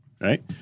right